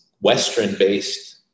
Western-based